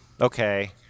Okay